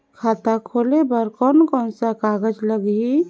खाता खुले बार कोन कोन सा कागज़ लगही?